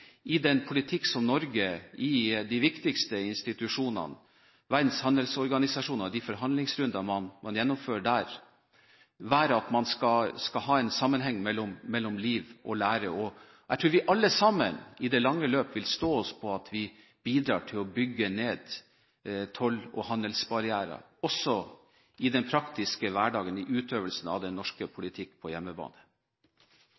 i den politikk som Norge fører i de viktigste institusjonene – f.eks. i Verdens handelsorganisasjon og de forhandlingsrunder man gjennomfører der. Man skal ha en sammenheng mellom liv og lære, og jeg tror vi alle sammen i det lange løp vil stå oss på å bidra til å bygge ned toll- og handelsbarrierer også i den praktiske hverdagen i utøvelsen av den norske